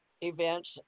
events